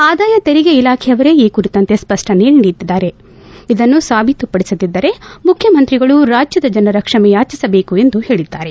ಆದಾಯ ತೆರಿಗೆ ಇಲಾಖೆಯವರೇ ಈ ಕುರಿತಂತೆ ಸ್ವಷ್ನನೆ ನೀಡಿದ್ದಾರೆ ಇದನ್ನು ಸಾಬೀತು ಪಡಿಸದಿದ್ದರೆ ಮುಖ್ಯಮಂತ್ರಿಗಳು ರಾಜ್ಯದ ಜನರ ಕ್ಷಮಯಾಚಿಸಬೇಕು ಎಂದು ಹೇಳಿದ್ದಾರೆ